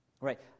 Right